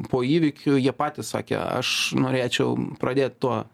po įvykių jie patys sakė aš norėčiau pradėt tuo